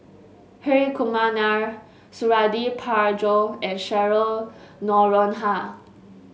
Hri Kumar Nair Suradi Parjo and Cheryl Noronha